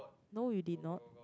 no you did not